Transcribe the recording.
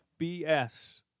FBS